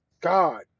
God